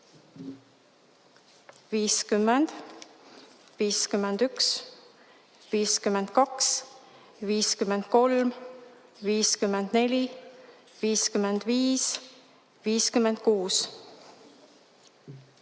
50, 51, 52, 53, 54, 55,